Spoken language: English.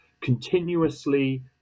continuously